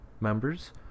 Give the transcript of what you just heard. members